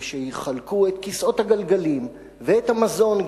ושיחלקו את כיסאות הגלגלים ואת המזון,